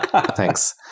Thanks